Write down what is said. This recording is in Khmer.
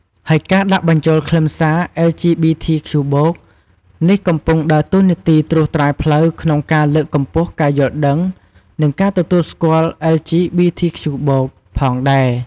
ហើយការដាក់បញ្ចូលខ្លឹមសារ អិល ជី ប៊ី ធី ខ្ជូ បូក (LGBTQ+)នេះកំពុងដើរតួនាទីត្រួសត្រាយផ្លូវក្នុងការលើកកម្ពស់ការយល់ដឹង និងការទទួលស្គាល់ អិល ជី ប៊ី ធី ខ្ជូ បូក (LGBTQ+)ផងដែរ។